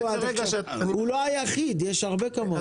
הוא לא היחיד, יש הרבה כמוהו.